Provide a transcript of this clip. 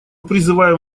призывам